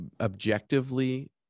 objectively